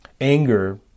anger